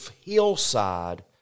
hillside